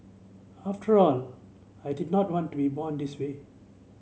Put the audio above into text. after all I did not want to be born this way